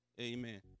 Amen